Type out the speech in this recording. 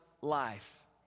life